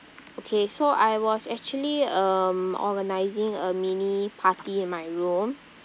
okay so I was actually um organising a mini party in my room